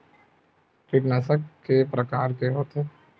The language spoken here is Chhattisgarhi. कीटनाशक के प्रकार के होथे?